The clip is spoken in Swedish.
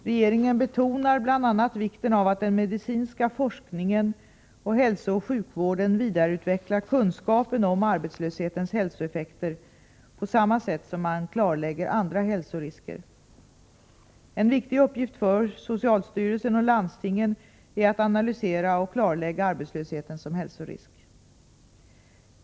Regeringen betonar bl.a. vikten av att den medicinska forskningen och hälsooch sjukvården vidareutvecklar kunskapen om arbetslöshetens hälsoeffekter på samma sätt som man klarlägger andra hälsorisker. En viktig uppgift för socialstyrelsen och landstingen är att analysera och klarlägga arbetslösheten som hälsorisk.